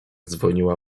dzwoniła